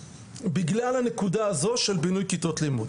בואו,